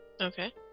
Okay